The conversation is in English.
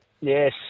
Yes